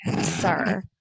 sir